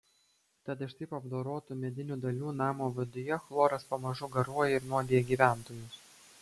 tad iš taip apdorotų medinių dalių namo viduje chloras pamažu garuoja ir nuodija gyventojus